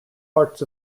parts